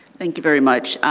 thank you very much.